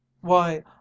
Why